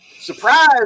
surprise